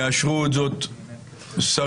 יאשרו זאת שרים,